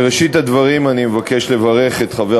בראשית הדברים אני אבקש לברך את חבר